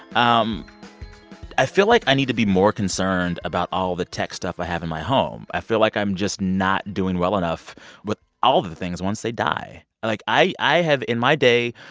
um i feel like i need to be more concerned about all the tech stuff i have in my home. i feel like i'm just not doing well enough with all of the things once they die. like, i i have, in my day,